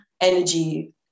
energy